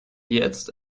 jetzt